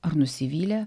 ar nusivylė